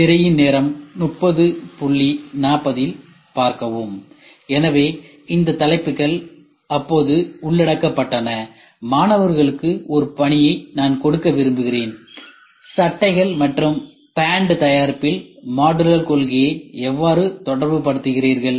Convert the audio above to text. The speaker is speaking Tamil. திரையின் நேரம் 3040 ல் பார்க்கவும் எனவே இந்த தலைப்புகள் அப்போது உள்ளடக்கப்பட்டன மாணவர்களுக்கு ஒரு பணியை நான் கொடுக்க விரும்புகிறேன் சட்டைகள் மற்றும் பேன்ட் தயாரிப்பில் மாடுலர் கொள்கையை எவ்வாறு தொடர்புபடுத்துகிறீர்கள்